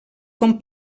com